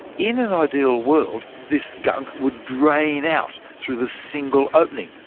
in an ideal world this gunk would drain out through the single opening.